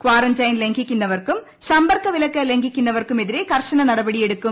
quarantine ലംഘിക്കുന്നവർക്കും സമ്പർക്ക വിലക്ക് ലംഘിക്കുന്നവർക്കും എതിരെ കർശന നടപടി എടുക്കും